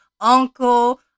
uncle